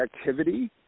activity